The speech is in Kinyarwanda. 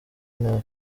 nta